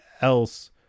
else